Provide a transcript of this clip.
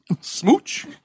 smooch